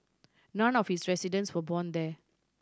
none of its residents were born there